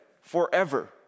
forever